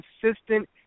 consistent